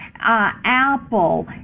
Apple